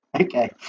Okay